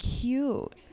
cute